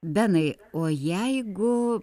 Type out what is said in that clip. benai o jeigu